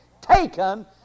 taken